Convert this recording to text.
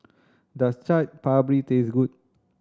does Chaat Papri taste good